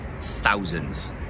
thousands